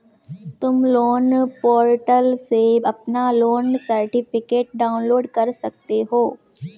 तुम loan portal से अपना लोन सर्टिफिकेट डाउनलोड कर सकते हो